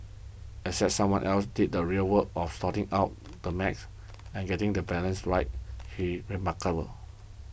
except someone else did the real work of sorting out the math and getting the balance right he remarkable